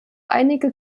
einige